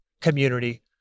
community